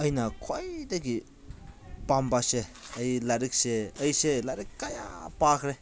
ꯑꯩꯅ ꯈ꯭ꯋꯥꯏꯗꯒꯤ ꯄꯥꯝꯕꯁꯦ ꯑꯩ ꯂꯥꯏꯔꯤꯛꯁꯦ ꯑꯩꯁꯦ ꯂꯥꯏꯔꯤꯛ ꯀꯌꯥ ꯄꯥꯈ꯭ꯔꯦ